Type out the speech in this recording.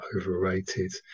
overrated